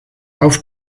auf